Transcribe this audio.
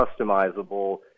customizable